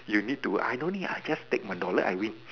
you need to I don't need I just take my dollar I win